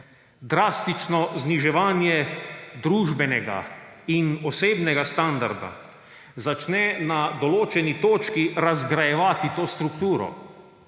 Drastično zniževanje družbenega in osebnega standarda začne na določeni točki razgrajevati to strukturo,